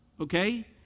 Okay